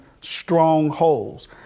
strongholds